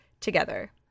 together